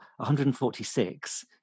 146